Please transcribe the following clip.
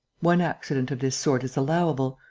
one accident of this sort is allowable.